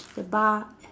the bar